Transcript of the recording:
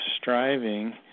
Striving